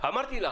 אמרתי לך,